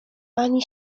ani